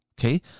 Okay